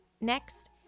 Next